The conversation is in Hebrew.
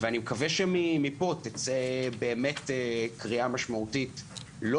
אני מקווה שמפה תצא קריאה משמעותית לא